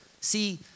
See